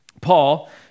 Paul